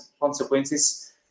consequences